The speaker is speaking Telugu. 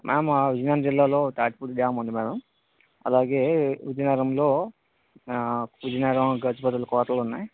మ్యామ్ విజయనగరం జిల్లాలో తాటిపూడి గ్రామం ఉంది మ్యాడం అలాగే విజయనగరంలో విజయనగరం గజపతుల కోటలున్నాయి